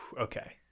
okay